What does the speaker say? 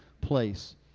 place